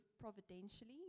Providentially